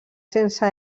sense